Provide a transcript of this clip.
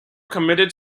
committed